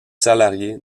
salariés